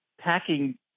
packing